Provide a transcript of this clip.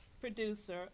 producer